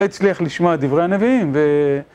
הצליח לשמוע דברי הנביאים ו...